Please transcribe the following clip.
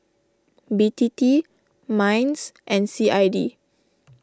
B T T Minds and C I D